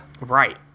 Right